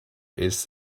its